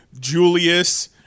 julius